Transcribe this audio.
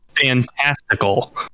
fantastical